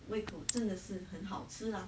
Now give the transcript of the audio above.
胃口真的是很好吃 lah